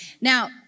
Now